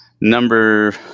number